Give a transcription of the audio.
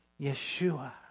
Yeshua